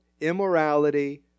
immorality